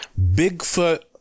Bigfoot